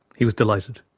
he was delighted.